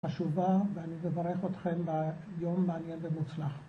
חשובה ואני מברך אתכם ביום מעניין ומוצלח.